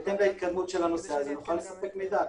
בהתאם להתקדמות של הנושא הזה נוכל לספק מידע,